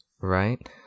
right